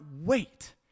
wait